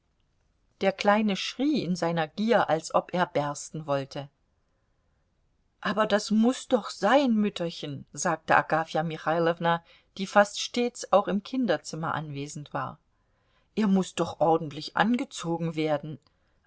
der kleine schrie in seiner gier als ob er bersten wollte aber das muß doch sein mütterchen sagte agafja michailowna die fast stets auch im kinderzimmer anwesend war er muß doch ordentlich angezogen werden